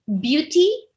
beauty